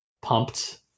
pumped